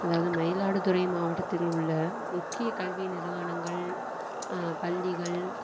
அதாவது மயிலாடுதுறை மாவட்டத்தில் உள்ள முக்கிய கல்வி நிறுவனங்கள் பள்ளிகள்